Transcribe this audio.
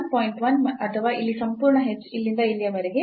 1 ಅಥವಾ ಇಲ್ಲಿ ಸಂಪೂರ್ಣ h ಇಲ್ಲಿಂದ ಇಲ್ಲಿಯ ವರೆಗೆ 0